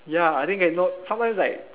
ya I think I know sometimes like